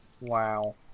Wow